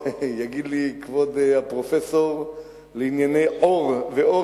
יגיד לי כבוד הפרופסור לענייני עור ואור,